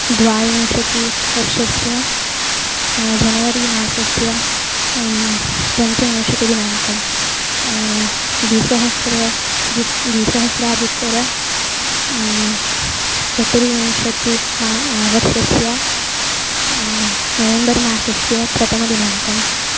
द्वाविंशतिवर्षस्य जनवरी मासस्य पञ्चविंशतिदिनाङ्कः द्विसहस्रदुत्तरं द्विसहस्रादुत्तरस्य चतुर्विंशतिः मा वर्षस्य नवेम्बर् मासस्य प्रथमदिनाङ्कः